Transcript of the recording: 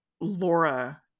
laura